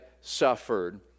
suffered